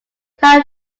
tan